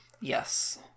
Yes